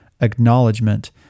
acknowledgement